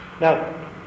Now